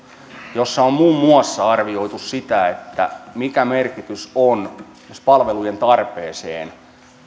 siinä on muun muassa arvioitu sitä mikä merkitys on palvelujen tarpeeseen